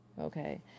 Okay